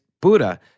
buddha